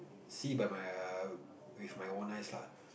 see by my err with my own eyes lah